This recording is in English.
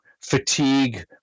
fatigue